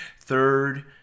third